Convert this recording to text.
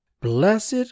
Blessed